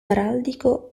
araldico